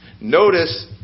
Notice